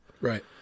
right